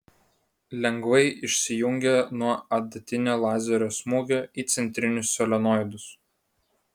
lengvai išsijungia nuo adatinio lazerio smūgio į centrinius solenoidus